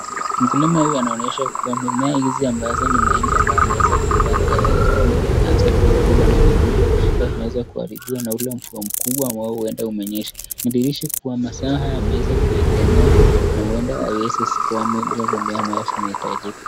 Mkulima huyu anaonyeshwa kuwa mimea hizi ambazo ni mahindi ambayo ameweza kuipanda katika sehemu hii imeanza kuikula na vidudu. Sasa tunaweza kuharibiwa na ule mvua mkubwa au huenda umenyesha. Inadhihirisha kuwa masaa haya yameza kuikamea na huenda hawezi kutoa mimea ambayo inahitajika.